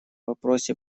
вопросе